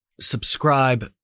subscribe